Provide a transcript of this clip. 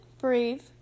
brave